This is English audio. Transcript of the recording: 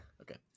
Okay